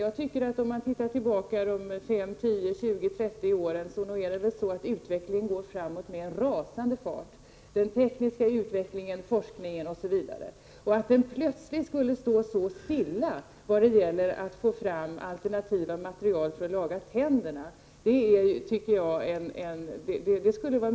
Om man ser tillbaka några tiotal år på utvecklingen ser man att den gått framåt med en rasande fart. Jag skulle vara mycket förvånad om den plötsligt skulle stå stilla när det gäller att få fram alternativa material för att laga tänderna.